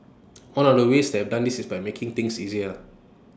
one of the ways they have done this is by making things easier